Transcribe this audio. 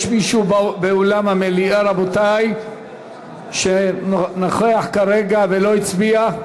יש מישהו באולם המליאה שנוכח כרגע ולא הצביע?